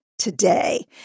today